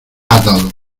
atado